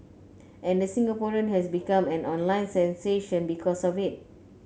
and the Singaporean has become an online sensation because of it